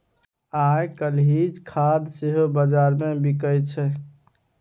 आयकाल्हि खाद सेहो बजारमे बिकय छै